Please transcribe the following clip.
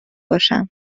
باشم